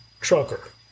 trucker